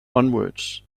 onwards